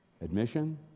Admission